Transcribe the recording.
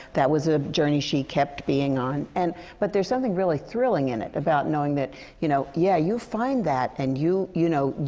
that was a journey she kept being on. and but there's something really thrilling in it, about knowing that you know, yeah. you find that. and you you know,